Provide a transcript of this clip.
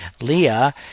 Leah